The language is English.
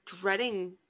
dreading